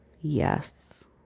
yes